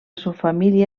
subfamília